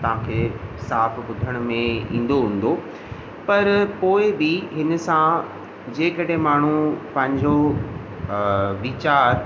तव्हां खे साफ़ु ॿुधण में ईंदो हूंदो पर पोइ बि हिन सां जेकॾहिं माण्हू पंहिंजो वीचारु